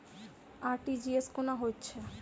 RTGS कोना होइत छै?